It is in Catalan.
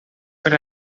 per